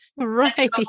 right